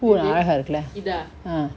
பூலா அழகா இருக்குல:poola alaka irukula ah